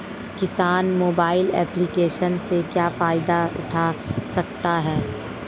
किसान mobile application से क्या फायदा उठा सकता है?